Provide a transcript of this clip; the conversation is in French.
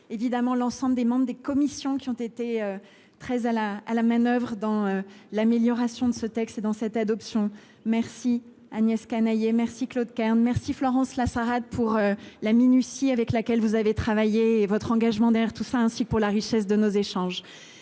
évidemment l'ensemble des membres des commissions qui ont été très à la à la manoeuvre dans l'amélioration de ce texte dans cette adoption. Merci Agnès Canayer. Merci Claude Kern merci Florence là s'arrêtent pour la minutie, avec laquelle vous avez travaillé. Et votre engagement derrière tout ça. Ainsi pour la richesse de nos échanges